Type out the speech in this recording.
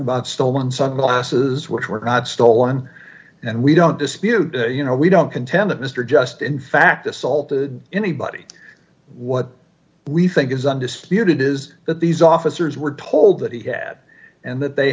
about stolen sunglasses which were not stolen and we don't dispute you know we don't contend that mr just in fact assaulted anybody what we think is undisputed is that these officers were told that he had and that they